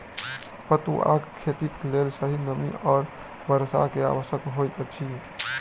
पटुआक खेतीक लेल सही नमी आ वर्षा के आवश्यकता होइत अछि